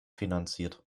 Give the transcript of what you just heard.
finanziert